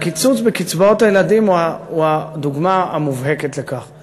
הקיצוץ בקצבאות הילדים הוא הדוגמה המובהקת לכך.